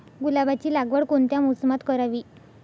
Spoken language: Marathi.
गुलाबाची लागवड कोणत्या मोसमात करावी?